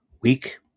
week